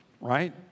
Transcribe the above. Right